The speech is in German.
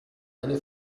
eine